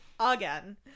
Again